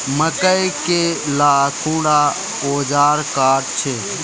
मकई के ला कुंडा ओजार काट छै?